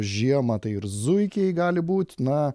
žiemą tai ir zuikiai gali būt na